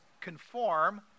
conform